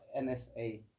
NSA